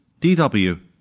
DW